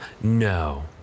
No